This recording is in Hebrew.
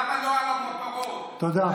למה לא על המותרות, תודה.